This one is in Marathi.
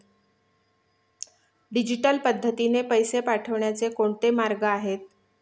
डिजिटल पद्धतीने पैसे पाठवण्याचे कोणते मार्ग आहेत?